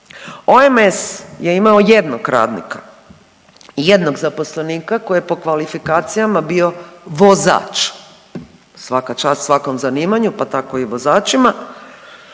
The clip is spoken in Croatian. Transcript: OMS je imao jednog radnika, jednog zaposlenika koji je po kvalifikacijama bio vozač. Svaka čast svakom zanimanju, pa tako i vozačima,